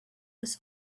was